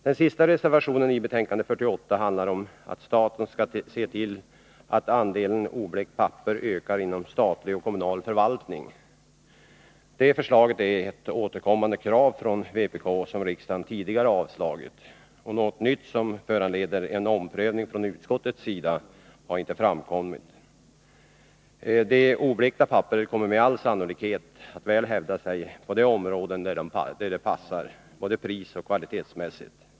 Den sista reservationen i betänkande 48 handlar om att staten skall se till att andelen oblekt papper ökar inom statlig och kommunal förvaltning. Detta förslag är ett återkommande krav från vpk, som riksdagen tidigare avslagit. Något nytt, som skulle föranleda en omprövning från utskottets sida, har inte framkommit. Det oblekta papperet kommer med all sannolikhet att väl hävda sig på de områden där det passar — både prisoch kvalitetsmässigt.